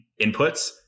inputs